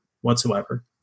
whatsoever